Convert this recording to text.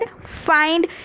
find